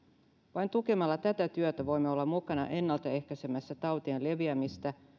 vain tukemalla tätä työtä voimme olla mukana ennaltaehkäisemässä tautien leviämistä